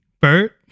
Bert